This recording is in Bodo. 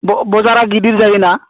बाजारा गिदिर जायोना